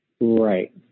Right